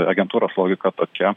agentūros logika tokia